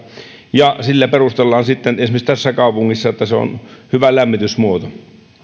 ja sitä perusteellaan sitten esimerkiksi tässä kaupungissa niin että se on hyvä lämmitysmuoto